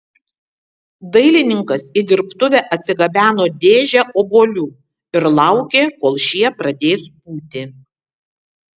dailininkas į dirbtuvę atsigabeno dėžę obuolių ir laukė kol šie pradės pūti